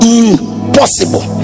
impossible